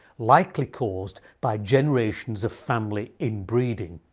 likely caused by generations of family inbreeding.